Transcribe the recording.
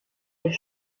der